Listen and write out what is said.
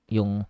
Yung